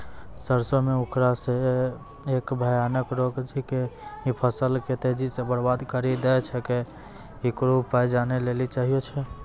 सरसों मे उखरा जे एक भयानक रोग छिकै, इ फसल के तेजी से बर्बाद करि दैय छैय, इकरो उपाय जाने लेली चाहेय छैय?